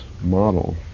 model